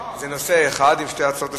זה נושא אחד עם שתי הצעות לסדר-היום,